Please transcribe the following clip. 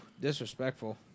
disrespectful